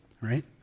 right